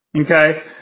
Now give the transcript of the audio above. okay